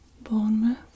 Bournemouth